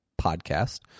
podcast